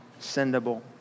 sendable